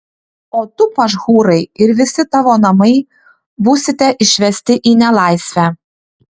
o tu pašhūrai ir visi tavo namai būsite išvesti į nelaisvę